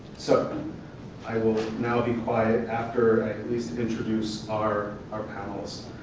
so i will now be quiet after i at least introduce our our panelist.